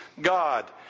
God